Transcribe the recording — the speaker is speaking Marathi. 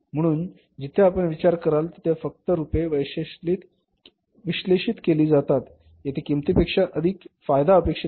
म्हणून जिथे आपण विचार कराल तेथे फक्त रूपे विश्लेषित केल्या जातील जेथे किंमतीपेक्षा अधिक फायदा अपेक्षित आहे